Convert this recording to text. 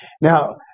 Now